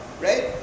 right